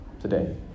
today